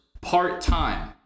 part-time